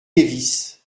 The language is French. lévis